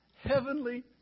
Heavenly